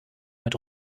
mit